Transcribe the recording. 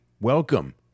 welcome